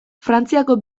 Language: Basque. frantziako